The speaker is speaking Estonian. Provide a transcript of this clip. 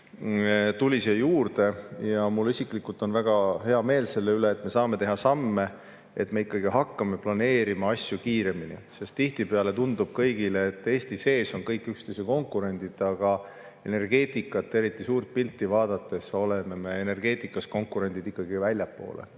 nii edasi. Mul on isiklikult väga hea meel selle üle, et me saame teha samme, et me ikkagi hakkaks planeerima asju kiiremini. Tihtipeale tundub kõigile, et Eesti sees on kõik üksteise konkurendid, aga energeetikat, eriti suurt pilti vaadates, oleme me konkurendid ikkagi väljaspool